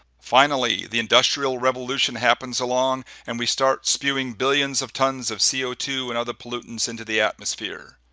finally, the industrial revolution happens along, and we start spewing billions of tons of c o two and other pollutants into the atmosphere.